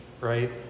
right